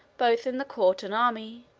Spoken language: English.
both in the court and army,